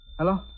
Hello